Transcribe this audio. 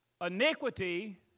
iniquity